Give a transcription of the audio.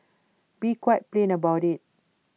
be quite plain about IT